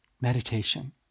meditation